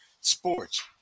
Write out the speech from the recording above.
sports